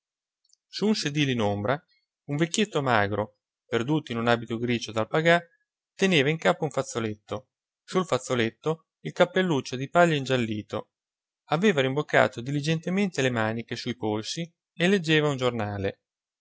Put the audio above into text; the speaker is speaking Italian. un sedile in ombra un vecchietto magro perduto in un abito grigio d'alpagà teneva in capo un fazzoletto sul fazzoletto il cappelluccio di paglia ingiallito aveva rimboccato diligentemente le maniche sui polsi e leggeva un giornale